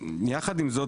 יחד עם זאת,